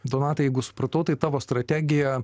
donatai jeigu supratau tai tavo strategija